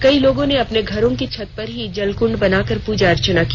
कई लोगों ने अपने घरों की छत पर ही जल कुंड बनाकर पुजा अर्चना किया